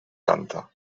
canta